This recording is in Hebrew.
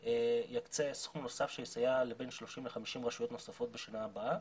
יקצה סכום נוסף שיסייע לבין 30 ל-50 רשויות נוספות בשנה הבאה.